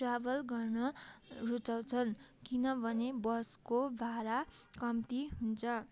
travel गर्न रुचाउँछन् किनभने बसको भाडा कम्ती हुन्छ